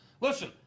listen